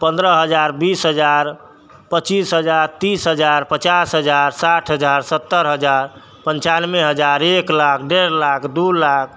पन्द्रह हजार बीस हजार पच्चीस हजार तीस हजार पचास हजार साठि हजार सत्तर हजार पञ्चानबे हजार एक लाख डेढ़ लाख दू लाख